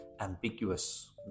Ambiguous